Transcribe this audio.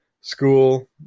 school